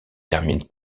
termine